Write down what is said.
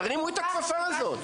תרימו את הכפפה הזאת.